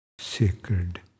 sacred